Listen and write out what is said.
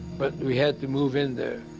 but we had to move in there.